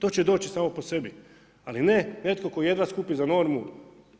To će doći samo po sebi, ali ne netko tko jedna skupi za normu